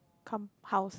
come~ house